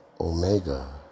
Omega